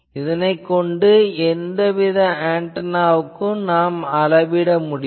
இதனைக் கொண்டு எந்தவித ஆன்டெனாவுக்கும் நாம் அளவிடலாம்